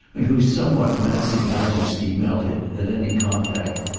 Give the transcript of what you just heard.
and whose somewhat massive majesty melted, at any contact,